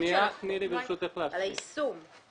תני לי בבקשה להשלים.